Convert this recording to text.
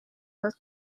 her